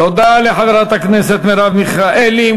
תודה לחברת הכנסת מרב מיכאלי.